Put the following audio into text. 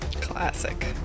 Classic